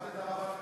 את הרב הלפרין,